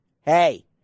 hey